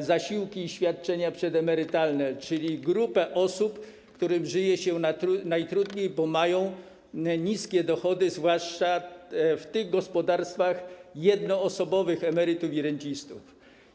zasiłki i świadczenia przedemerytalne, czyli grupę osób, którym żyje się najtrudniej, bo mają niskie dochody, zwłaszcza w gospodarstwach jednoosobowych emerytów i rencistów.